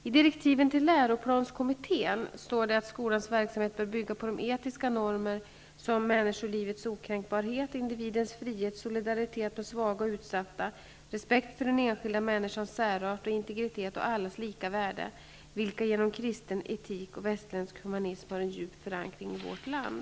I direktiven till läroplanskommittén står att skolans verksamhet bör bygga på de etiska normer, såsom människolivets okränkbarhet, individens frihet, solidaritet med svaga och utsatta, respekt för den enskilda människans särart och integritet och allas lika värde, vilka genom kristen etik och västerländsk humanism har en djup förankring i vårt land.